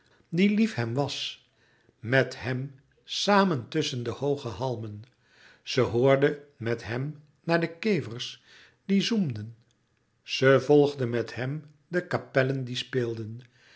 die lief hem was mèt hèm samen tusschen de hooge halmen ze hoorde met hem naar de kevers die zoemden ze volgde met hem de kapellen die speelden